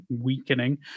weakening